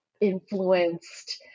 influenced